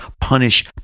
punish